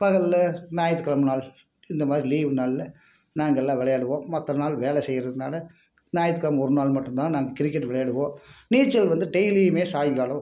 பகலில் ஞாயிற்றுக் கெழம நாள் இந்த மாதிரி லீவு நாளில் நாங்கெல்லாம் விளையாடுவோம் மற்ற நாள் வேலை செய்கிறதுனால ஞாயிற்றுக் கெழம ஒரு நாள் மட்டும் தான் நாங்கள் கிரிக்கெட்டு விளையாடுவோம் நீச்சல் வந்து டெயிலியுமே சாயங்காலம்